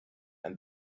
and